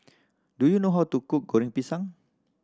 do you know how to cook Goreng Pisang